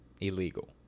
Illegal